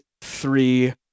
three